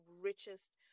richest